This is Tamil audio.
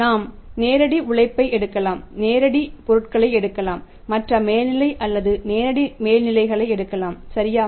நாம் நேரடி உழைப்பை எடுக்கலாம் நேரடி பொருட்களை எடுக்கலாம் மற்ற மேல்நிலைகளை அல்லது நேரடி மேல்நிலைகளை எடுக்கலாம் சரியா